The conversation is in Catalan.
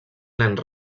nens